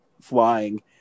flying